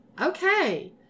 Okay